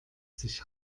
sich